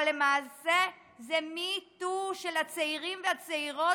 אבל למעשה זה MeToo של הצעירים והצעירות